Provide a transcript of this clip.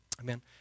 Amen